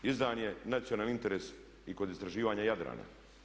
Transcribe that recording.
Izdan je nacionalni interes i kod istraživanja Jadrana.